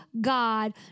God